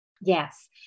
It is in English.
Yes